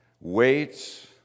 weights